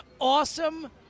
awesome